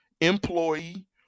employee